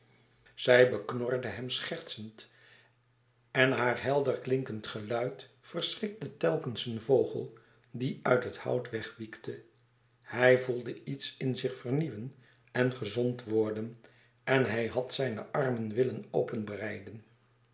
zij beknorde hem schertsend en haar helder klinkend geluid verschrikte telkens een vogel die uit het hout wegwiekte hij voelde iets in zich vernieuwen en gezond worden en hij had zijne armen willen